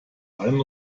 einen